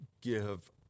give